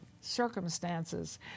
circumstances